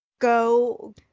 go